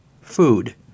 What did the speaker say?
Food